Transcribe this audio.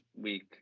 week